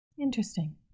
Interesting